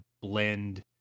blend